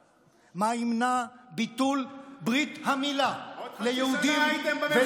מה ימנע ביטול ברית המילה ליהודים ולמוסלמים?